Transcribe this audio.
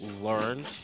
learned